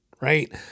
right